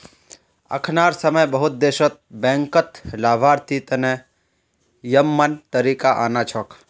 अखनार समय बहुत देशत बैंकत लाभार्थी तने यममन तरीका आना छोक